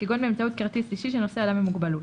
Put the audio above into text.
כגון באמצעות כרטיס אישי שנושא אדם עם מוגבלות,